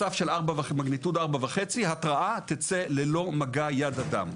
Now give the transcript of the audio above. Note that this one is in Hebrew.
הסף של מגניטודה 4.5, התרעה תצא ללא מגע יד אדם.